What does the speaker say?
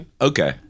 Okay